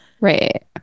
Right